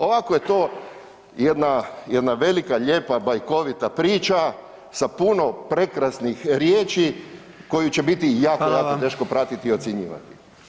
Ovako je to jedna, jedna velika, lijepa bajkovita priča, sa puno prekrasnih riječi koju će biti jako, jako teško [[Upadica: Hvala vam.]] pratiti i ocjenjivati.